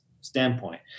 standpoint